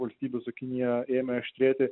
valstybių su kinija ėmė aštrėti